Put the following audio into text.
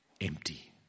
empty